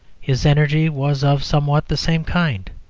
his energy was of somewhat the same kind.